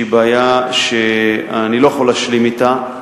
שהיא בעיה שאני לא יכול להשלים אתה,